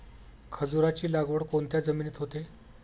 खजूराची लागवड कोणत्या जमिनीत होते?